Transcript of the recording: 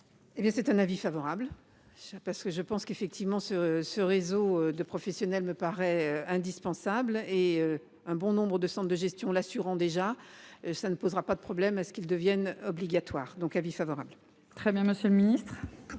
c'est un avis favorable. Parce que je pense qu'effectivement ce ce réseau de professionnels me paraît indispensable et un bon nombre de Centre de gestion l'assurant déjà ça ne posera pas de problème à ce qu'il devienne obligatoire, donc avis favorable. Très bien. Monsieur le Ministre.